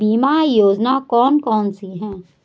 बीमा योजना कौन कौनसी हैं?